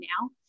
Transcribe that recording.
now